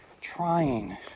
trying